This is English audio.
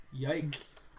Yikes